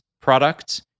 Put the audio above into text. product